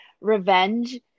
revenge